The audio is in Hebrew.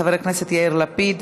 חבר הכנסת יאיר לפיד,